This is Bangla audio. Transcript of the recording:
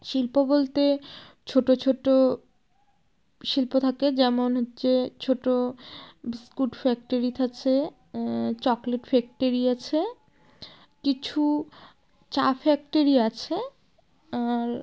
শিল্প বলতে ছোটো ছোটো শিল্প থাকে যেমন হচ্ছে ছোটো বিস্কুট ফ্যাক্টরি আছে চকলেট ফ্যাক্টরি আছে কিছু চা ফ্যাক্টরি আছে আর